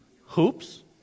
Hoops